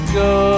go